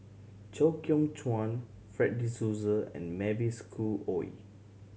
Chew Kheng Chuan Fred De Souza and Mavis Khoo Oei